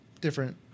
different